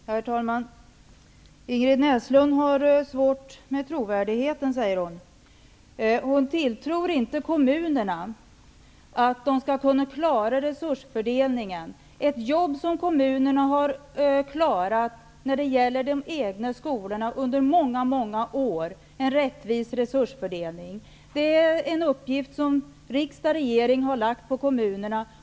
Herr talman! Ingrid Näslund säger att hon har svårt att tro Socialdemokraterna. Hon tror inte att kommunerna skall klara av resursfördelningen. Det är ett jobb som kommunerna har klarat av under många år när det gäller de egna skolorna. De har kunnat göra en rättvis resursfördelning. Detta är en uppgift som riksdag och regering har lagt ut på kommunerna.